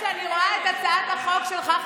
כשאני רואה את הצעת החוק שלך,